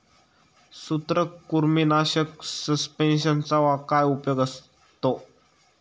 सूत्रकृमीनाशक सस्पेंशनचा काय उपयोग आहे?